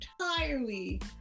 entirely